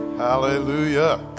Hallelujah